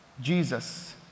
Jesus